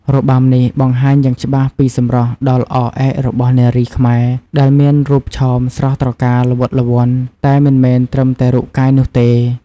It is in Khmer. របាំនេះបង្ហាញយ៉ាងច្បាស់ពីសម្រស់ដ៏ល្អឯករបស់នារីខ្មែរ ដែលមានរូបឆោមស្រស់ត្រកាល ល្វត់ល្វន់ តែមិនមែនត្រឹមតែរូបកាយនោះទេ។